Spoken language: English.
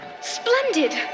splendid